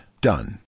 Done